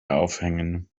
aufhängen